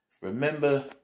remember